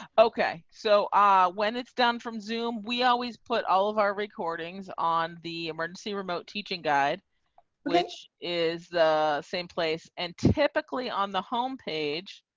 okay, so ah when it's done from zoom. we always put all of our recordings on the emergency remote teaching guide which is the same place, and typically on the homepage.